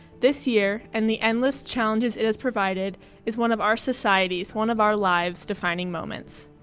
this year and the endless challenges it has provided is one of our society's, one of our lives', defining moments.